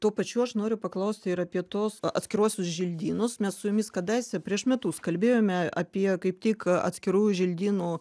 tuo pačiu aš noriu paklausti ir apie tuos atskiruosius želdynus mes su jumis kadaise prieš metus kalbėjome apie kaip tik atskirųjų želdynų